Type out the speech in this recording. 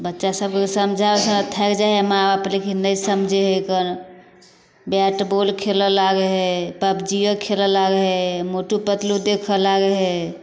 बच्चा सबके समझाके थाकि जाइया माँ बाप लेकिन नहि समझै हैकन बैट बॉल खेलऽ लागै हइ पब जीए खेलय लागै हइ मोटू पतलू देखय लागै है